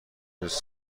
دوست